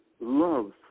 love